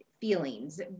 feelings